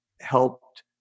helped